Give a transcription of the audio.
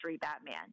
batman